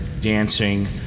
dancing